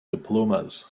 diplomas